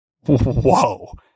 whoa